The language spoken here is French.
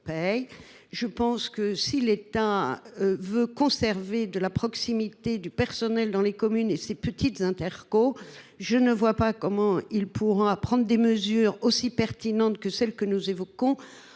». Dès lors, si l’État veut conserver du personnel de proximité dans les communes et les petites « interco », je ne vois pas comment il pourra prendre des mesures aussi pertinentes que celles que nous évoquons